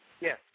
Yes